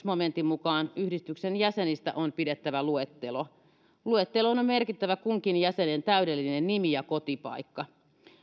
momentin mukaan yhdistyksen jäsenistä on pidettävä luetteloa luetteloon on merkittävä kunkin jäsenen täydellinen nimi ja kotipaikka